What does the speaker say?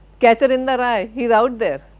catcher in the rye, he is out there.